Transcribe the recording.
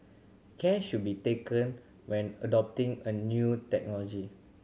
care should be taken when adopting a new technology